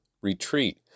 retreat